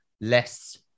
less